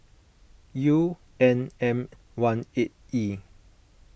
U N M one eight E